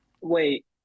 Wait